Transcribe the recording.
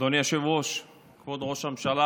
אדוני היושב-ראש, כבוד ראש הממשלה,